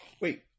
Wait